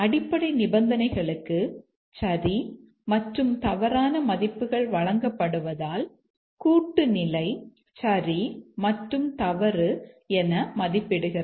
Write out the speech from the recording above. அடிப்படை நிபந்தனைகளுக்கு சரி மற்றும் தவறான மதிப்புகள் வழங்கப்படுவதால் கூட்டு நிலை சரி மற்றும் தவறு என மதிப்பிடுகிறது